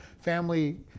family